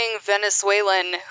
Venezuelan